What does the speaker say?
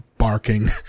barking